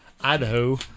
Idaho